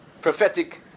prophetic